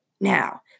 Now